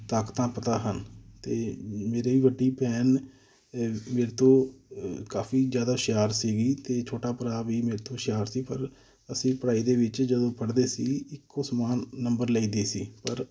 ਤਾਕਤਾਂ ਪਤਾ ਹਨ ਅਤੇ ਮੇਰੀ ਵੱਡੀ ਭੈਣ ਮੇਰੇ ਤੋਂ ਕਾਫੀ ਜ਼ਿਆਦਾ ਹੁਸ਼ਿਆਰ ਸੀਗੀ ਅਤੇ ਛੋਟਾ ਭਰਾ ਵੀ ਮੇਰੇ ਤੋਂ ਹੁਸ਼ਿਆਰ ਸੀ ਪਰ ਅਸੀਂ ਪੜ੍ਹਾਈ ਦੇ ਵਿੱਚ ਜਦੋਂ ਪੜ੍ਹਦੇ ਸੀ ਇੱਕੋ ਸਮਾਨ ਨੰਬਰ ਲਈ ਦੇ ਸੀ ਪਰ